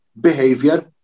behavior